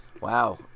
Wow